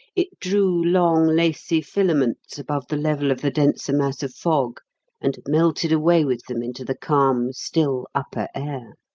it drew long, lacey filaments above the level of the denser mass of fog and melted away with them into the calm, still upper air.